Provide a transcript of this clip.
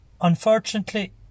Unfortunately